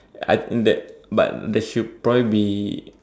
I that but there should probably be